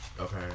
Okay